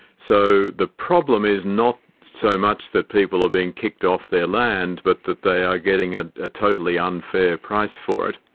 so the problem is not so much that people are being kicked off their land but that they are getting a ah totally unfair price for it,